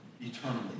eternally